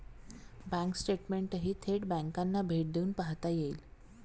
bank स्टेटमेंटही थेट बँकांना भेट देऊन पाहता येईल